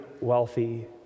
wealthy